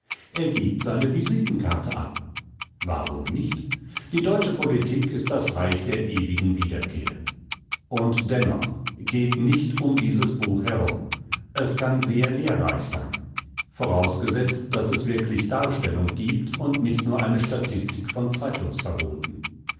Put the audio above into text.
er gibt seine visitenkarte ab warum nicht die deutsche politik ist das reich der ewigen wiederkehr und dennoch geht nicht um dieses buch herum es kann sehr lehrreich sein vorausgesetzt daß es wirklich darstellung gibt und nicht nur eine statistik von